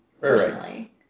personally